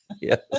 Yes